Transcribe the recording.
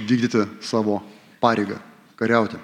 vykdyti savo pareigą kariauti